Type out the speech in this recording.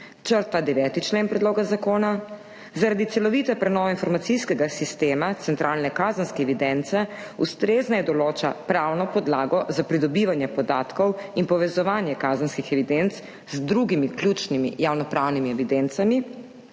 črta 9. člen Predloga zakona, zaradi celovite prenove informacijskega sistema centralne kazenske evidence ustrezneje določa pravno podlago za pridobivanje podatkov in povezovanje kazenskih evidenc z drugimi ključnimi javnopravnimi evidencami